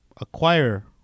acquire